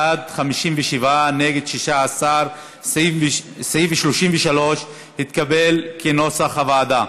בעד, 57, נגד, 16. סעיף 33 התקבל כנוסח הוועדה.